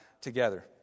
together